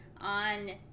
on